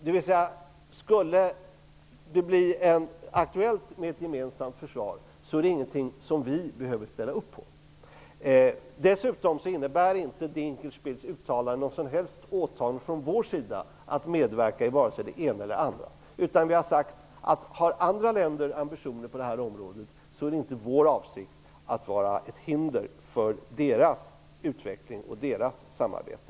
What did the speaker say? Om det skulle bli aktuellt med ett gemensamt försvar, så är det ingenting som vi behöver ställa upp på. Dinkelspiels uttalanden innebär inte något som helst åtagande från vår sida att medverka i det ena eller det andra. Vi har sagt att om andra länder har ambitioner på det här området, så är det inte vår avsikt att ugöra ett hinder för deras utveckling och samarbete.